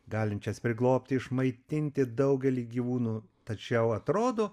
galinčias priglobti išmaitinti daugelį gyvūnų tačiau atrodo